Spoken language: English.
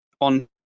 on